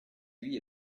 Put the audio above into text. lui